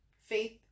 faith